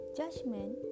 judgment